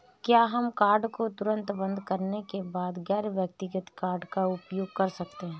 क्या हम कार्ड को तुरंत बंद करने के बाद गैर व्यक्तिगत कार्ड का उपयोग कर सकते हैं?